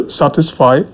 satisfy